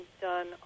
done